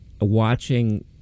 watching